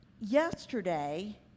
Yesterday